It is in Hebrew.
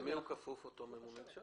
למי כפוף אותו ממונה?